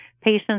patients